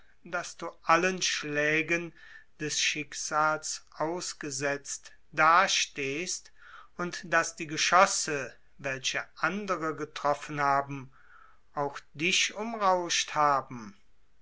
daß du allen schlägen ausgesetzt dastehst und daß die geschosse welche andere getroffen haben auch dich umrauscht haben